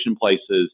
places